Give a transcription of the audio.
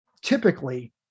typically